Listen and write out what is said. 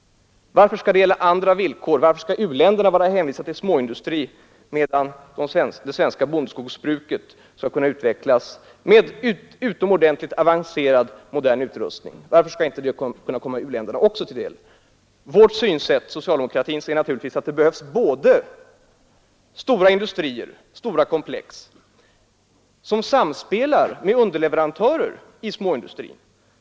Varför skall andra villkor gälla för u-länderna, så att de hänvisas till småindustri medan det svenska bondeskogsbruket skall kunna utvecklas med utomordentligt avancerad modern utrustning? Varför skall inte en sådan kunna komma också u-länderna till del? Socialdemokratins synsätt är naturligtvis att det behövs också stora industrikomplex, som samspelar med underleverantörer i småindustrin.